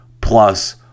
plus